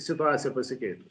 situacija pasikeitus